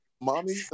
mommy